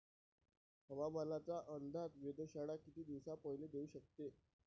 हवामानाचा अंदाज वेधशाळा किती दिवसा पयले देऊ शकते?